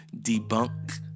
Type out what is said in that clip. debunk